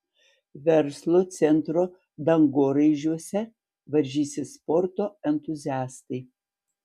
verslo centro dangoraižiuose varžysis sporto entuziastai